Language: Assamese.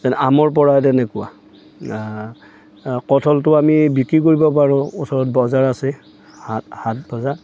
আমৰ পৰা তেনেকুৱা কঠলটো আমি বিক্ৰী কৰিব পাৰোঁ ওচৰত বজাৰ আছে হাট হাট বজাৰ